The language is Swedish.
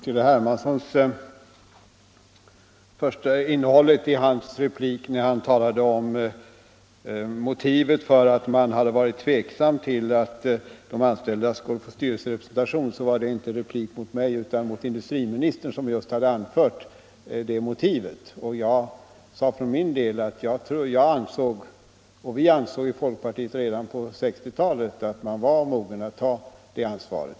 Herr talman! Herr Hermansson talade i sin senaste replik om motivet till att fackföreningarna varit tveksamma till de anställdas styrelserepresentation. Den repliken bör riktas inte till mig utan till industriministern, som just hade anfört det motivet. Jag sade för min del att vi i folkpartiet redan på 1960-talet ansåg att de anställda var mogna att ta det ansvaret.